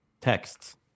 texts